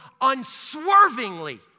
unswervingly